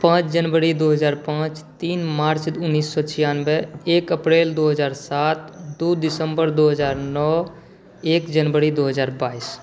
पाँच जनवरी दुइ हजार पाँच तीन मार्च उनैस सओ छिआनवे एक अप्रैल दुइ हजार सात दुइ दिसम्बर दुइ हजार नओ एक जनवरी दुइ हजार बाइस